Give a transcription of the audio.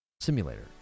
simulator